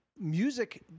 music